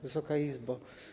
Wysoka Izbo!